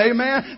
Amen